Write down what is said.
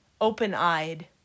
open-eyed